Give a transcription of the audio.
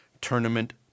tournament